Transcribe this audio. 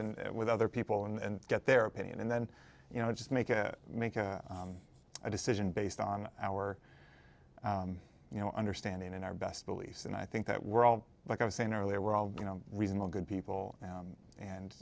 and with other people and get their opinion and then you know just make it make a decision based on our you know understanding in our best beliefs and i think that we're all like i was saying earlier we're all you know reasonable good people and